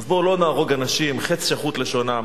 אז בואו לא נהרוג אנשים, "חץ שחוט לשונם".